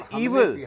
evil